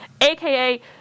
aka